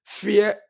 fear